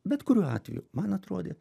bet kuriuo atveju man atrodė